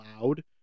loud